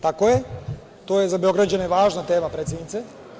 Tako je, to je za Beograđane važna tema, predsednice.